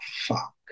fuck